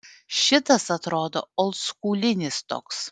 šitas atrodo oldskūlinis toks